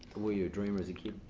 were you a dreamer as a kid?